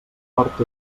tort